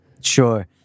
Sure